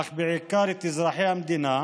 אך בעיקר את אזרחי המדינה,